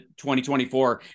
2024